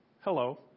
Hello